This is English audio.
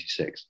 1986